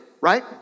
right